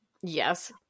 Yes